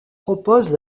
propose